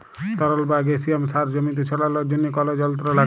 তরল বা গাসিয়াস সার জমিতে ছড়ালর জন্হে কল যন্ত্র লাগে